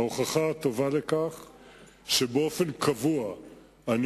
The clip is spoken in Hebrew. ההוכחה הטובה לכך היא שבאופן קבוע אני